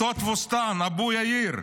אותו תבוסתן, אבו יאיר.